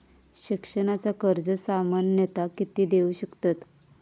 शिक्षणाचा कर्ज सामन्यता किती देऊ शकतत?